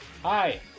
Hi